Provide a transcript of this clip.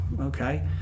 okay